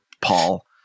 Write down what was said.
Paul